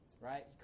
right